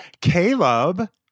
Caleb